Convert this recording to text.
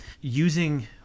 Using